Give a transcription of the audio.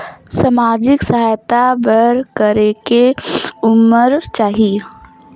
समाजिक सहायता बर करेके उमर चाही?